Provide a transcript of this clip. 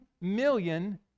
million